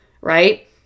right